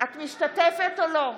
את משתתפת או לא?